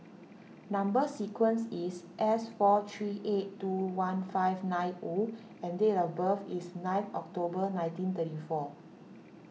Number Sequence is S four three eight two one five nine O and date of birth is nine October nineteen thirty four